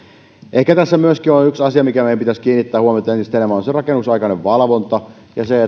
ehkä tässä myöskin yksi asia mihinkä meidän pitäisi kiinnittää huomiota entistä enemmän on se rakennusaikainen valvonta ja se että